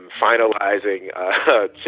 finalizing